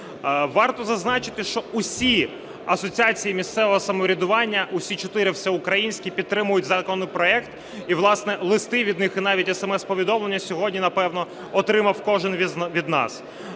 Варто зазначити, що всі асоціації місцевого самоврядування, всі чотири всеукраїнські, підтримують законопроект, і, власне, листи від них, і навіть смс-повідомлення сьогодні, напевно, отримав кожен із нас.